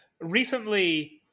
recently